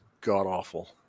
god-awful